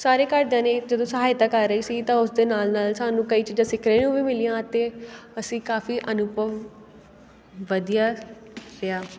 ਸਾਰੇ ਘਰਦਿਆਂ ਨੇ ਜਦੋਂ ਸਹਾਇਤਾ ਕਰ ਰਹੀ ਸੀ ਤਾਂ ਉਸ ਦੇ ਨਾਲ ਨਾਲ ਸਾਨੂੰ ਕਈ ਚੀਜ਼ਾਂ ਸਿੱਖਣ ਨੂੰ ਵੀ ਮਿਲੀਆਂ ਅਤੇ ਅਸੀਂ ਕਾਫੀ ਅਨੁਭਵ ਵਧੀਆ ਰਿਹਾ